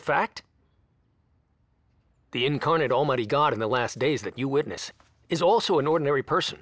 fact the incarnate almighty god in the last days that you witness is also an ordinary person